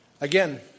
again